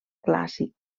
clàssic